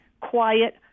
quiet